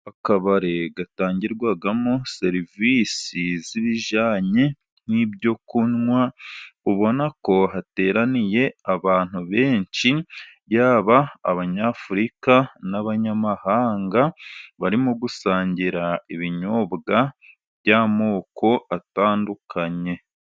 Akabari gatangirwamo serivisi zibijyanye n'ibyo kunywa, ubona ko hateraniye abantu benshi, yaba Abanyafurika n'abanyamahanga, barimo gusangira ibinyobwa by'amoko atandukanye.